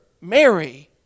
Mary